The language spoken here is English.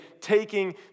taking